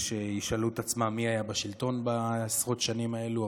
יש שישאלו את עצמם מי היה בשלטון בעשרות השנים האלו,